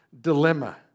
dilemma